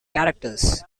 characters